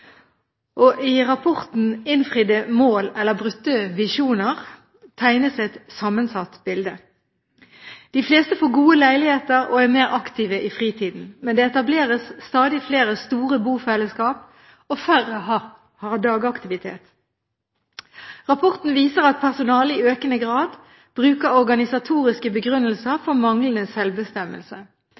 I rapporten Innfridde mål eller brutte visjoner? tegnes et sammensatt bilde. De fleste får gode leiligheter og er mer aktive i fritiden. Men det etableres stadig flere store bofellesskap, og færre har dagaktivitet. Rapporten viser at personalet i økende grad bruker organisatoriske begrunnelser for manglende selvbestemmelse.